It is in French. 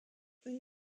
une